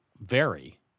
vary